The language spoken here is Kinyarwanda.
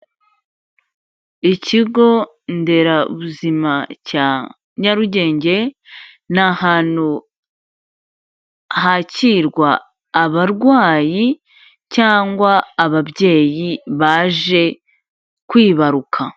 Ikigo nderabuzima cya Nyarugenge, ni ahantu hakirwa abarwayi cyangwa ababyeyi baje kwibaruka.